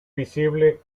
visible